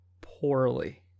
poorly